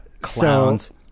Clowns